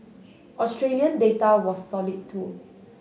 Australian data was solid too